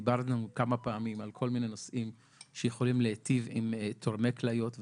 דיברנו כמה פעמים על כל מיני נושאים שיכולים להיטיב עם תורמי כליות,